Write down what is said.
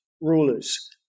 rulers